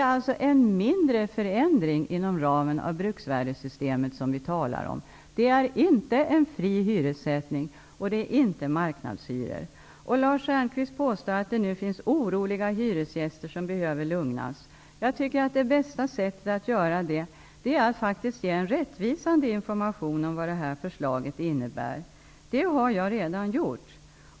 Vi talar om en mindre förändring inom ramen för bruksvärdessystemet. Det är inte en fri hyressättning, och det är inte marknadshyror. Lars Stjernkvist påstår att det nu finns oroliga hyresgäster som behöver lugnas. Jag tycker att det bästa sättet att göra det faktiskt är att ge en rättvisande information om vad förslaget innebär. Det har jag redan gjort.